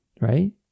right